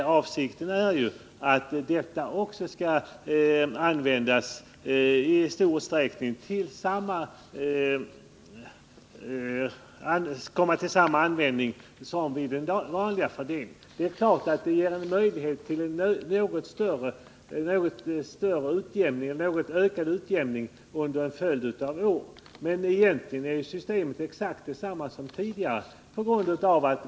Avsikten är ju att det skall bli en större avverkning. Givetvis innebär det möjligheter till något större utjämning under en följd av år. Men egentligen är systemet exakt detsamma som tidigare.